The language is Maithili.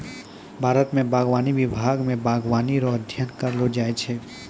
भारत मे बागवानी विभाग मे बागवानी रो अध्ययन करैलो जाय छै